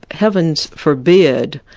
heaven forbid.